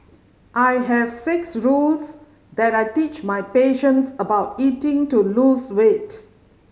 I have six rules that I teach my patients about eating to lose weight